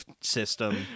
system